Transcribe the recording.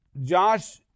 Josh